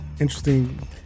interesting